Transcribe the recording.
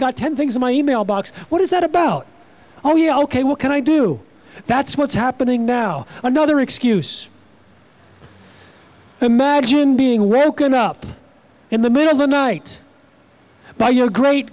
got ten things in my email box what is that about oh yeah ok what can i do that's what's happening now another excuse imagine being welcomed up in the middle of the night by your great